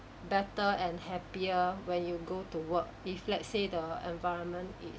better and happier when you go to work if let's say the environment is